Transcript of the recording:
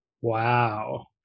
Wow